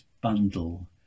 bundle